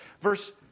Verse